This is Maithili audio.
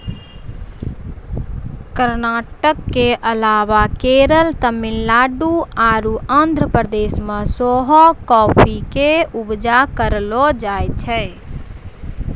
कर्नाटक के अलावा केरल, तमिलनाडु आरु आंध्र प्रदेश मे सेहो काफी के उपजा करलो जाय छै